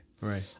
Right